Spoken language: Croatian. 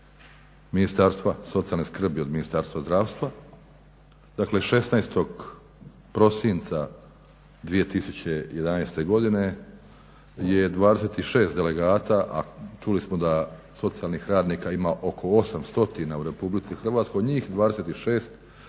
Ministarstva socijalne skrbi od Ministarstva zdravstva. Dakle, 16. prosinca 2011. godine je 26 delegata, a čuli smo da socijalnih radnika ima oko 8 stotina u Republici Hrvatskoj, njih 26 odlučilo